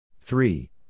Three